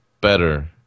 better